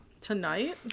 tonight